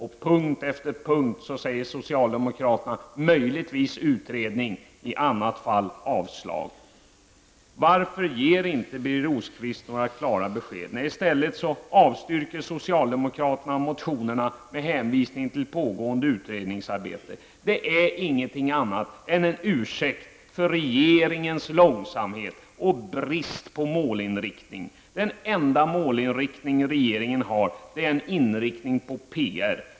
På punkt efter punkt säger socialdemokraterna: Möjligtvis utredning, i annat fall avslag. Varför ger inte Birger Rosqvist några klara besked? Nej, i stället avstyrker socialdemokraterna motionerna med hänvisning till pågående utredningsarbete. Det är ingenting annat än en ursäkt för regeringens långsamhet och brist på målinriktning. Den enda målinriktning regeringen har är en inriktning på PR.